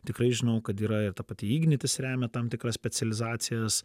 tikrai žinau kad yra ir ta pati ignitis remia tam tikras specializacijas